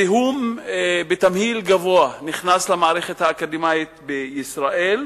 זיהום בתמהיל גבוה נכנס למערכת האקדמית בישראל,